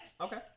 Okay